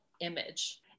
image